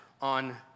on